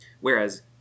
whereas